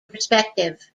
perspective